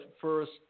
first